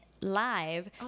live